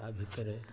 ତା ଭିତରେ